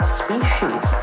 species